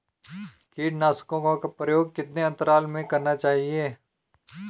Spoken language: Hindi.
कीटनाशकों का प्रयोग कितने अंतराल में करना चाहिए?